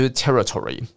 territory